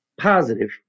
positive